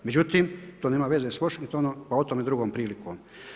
Međutim, to nema veze s Washingtonom, pa o tome drugom prilikom.